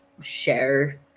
share